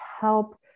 help